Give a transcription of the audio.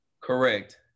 Correct